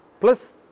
plus